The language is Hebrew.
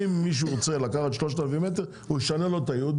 אם מישהו רוצה לקחת 3000 מטר הוא יישנה לו את הייעוד,